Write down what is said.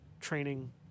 training